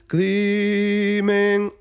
Gleaming